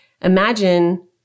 Imagine